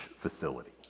facility